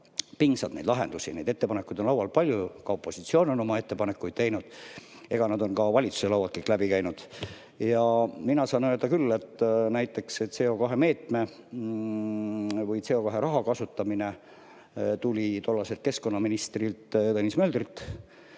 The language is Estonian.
pingsalt neid lahendusi. Ettepanekuid on laual palju, ka opositsioon on oma ettepanekud teinud, need on ka valitsuse laualt kõik läbi käinud. Mina saan öelda küll, et näiteks CO2meetme või CO2raha kasutamine tuli tollaselt keskkonnaministrilt Tõnis Möldrilt.